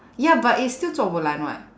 ya but it's still 做 bo lan [what]